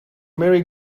merry